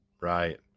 Right